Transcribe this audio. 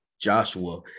Joshua